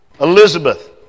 Elizabeth